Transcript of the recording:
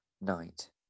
Night